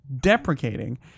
deprecating